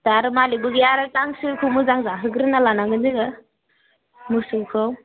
दा आरो मालिखबो गैया आरो गांसो मोजां जाहोग्रोना लानांगोन जोङो मोसौखौ